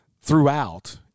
throughout